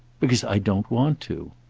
because i don't want to.